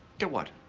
get what?